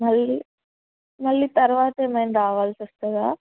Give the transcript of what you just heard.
మళ్ళీ మళ్ళీ తర్వాత ఏమైనా రావాల్సి వస్తుందా